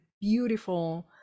beautiful